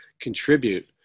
contribute